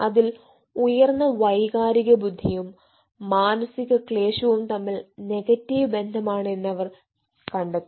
അതിൽ ഉയർന്ന വൈകാരിക ബുദ്ധിയും മാനസിക ക്ലേശവും തമ്മിൽ നെഗറ്റീവ് ബന്ധമാണ് എന്ന് അവർ കണ്ടെത്തി